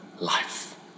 life